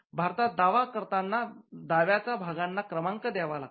भारतात दावा करताना दाव्याच्या भागांना क्रमांक द्यावा लागतो